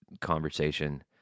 conversation